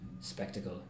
spectacle